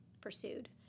Pursued